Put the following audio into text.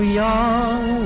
young